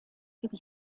could